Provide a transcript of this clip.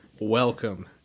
Welcome